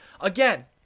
Again